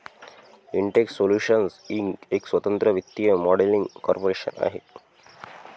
Intex solutions inc एक स्वतंत्र वित्तीय मॉडेलिंग कॉर्पोरेशन आहे